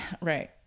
Right